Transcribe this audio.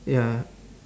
ya